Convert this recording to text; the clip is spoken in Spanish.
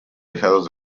dejados